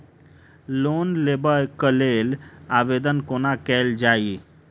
Loan लेबऽ कऽ लेल आवेदन कोना कैल जाइया?